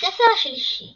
בספר השלישי